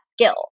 skill